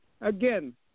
again